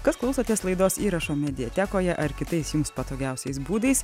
kas klausotės laidos įrašo mediatekoje ar kitais jums patogiausiais būdais